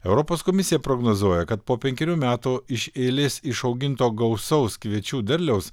europos komisija prognozuoja kad po penkerių metų iš eilės išauginto gausaus kviečių derliaus